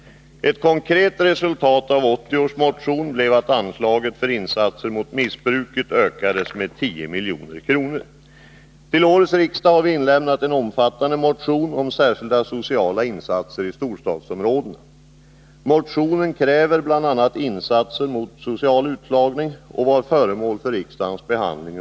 Ett konkret resultat av 1980 års motion blev att anslagen för insatser mot missbruket ökades med 10 milj.kr. Till årets riksdag har vi inlämnat en omfattande motion om särskilda sociala insatser i storstadsområdena. Motionen, där det bl.a. krävs insatser mot social utslagning, var under gårdagen föremål för riksdagens behandling.